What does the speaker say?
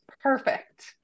perfect